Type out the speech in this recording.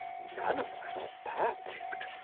none of us are perfect.